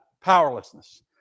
Powerlessness